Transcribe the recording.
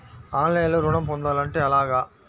ఆన్లైన్లో ఋణం పొందాలంటే ఎలాగా?